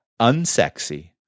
unsexy